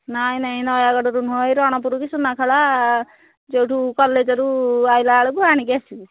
ନାଇ ନାଇ ନୟାଗଡ଼ ରୁ ନୁହଁ ଏଇ ରଣପୁର କି ସୁନାଖଳା ଯୋଉଠୁ କଲେଜ୍ରୁ ଆଇଲା ବେଳକୁ ଆଣିକି ଆସିବୁ